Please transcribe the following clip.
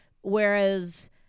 whereas